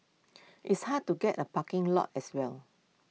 it's hard to get A parking lot as well